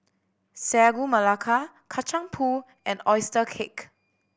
Sagu Melaka Kacang Pool and oyster cake